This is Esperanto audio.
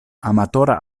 amatora